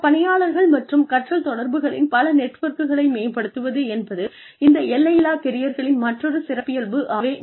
சக பணியாளர்கள் மற்றும் கற்றல் தொடர்புகளின் பல நெட்வொர்க்குகளை மேம்படுத்துவது என்பது இந்த எல்லையில்லா கெரியர்களின் மற்றொரு சிறப்பியல்பு ஆகும்